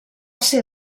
ser